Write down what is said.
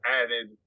added